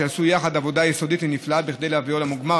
עשו יחד עבודה יסודית ונפלאה כדי להביאו לגמר.